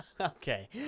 Okay